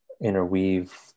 interweave